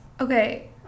Okay